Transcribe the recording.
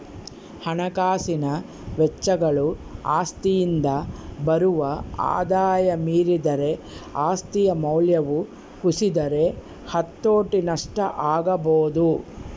ಹಣಕಾಸಿನ ವೆಚ್ಚಗಳು ಆಸ್ತಿಯಿಂದ ಬರುವ ಆದಾಯ ಮೀರಿದರೆ ಆಸ್ತಿಯ ಮೌಲ್ಯವು ಕುಸಿದರೆ ಹತೋಟಿ ನಷ್ಟ ಆಗಬೊದು